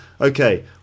okay